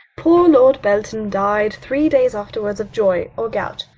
poor lord belton died three days afterwards of joy, or gout.